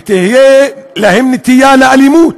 ותהיה להן נטייה לאלימות,